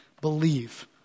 believe